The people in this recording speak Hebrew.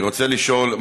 אני רוצה לשאול.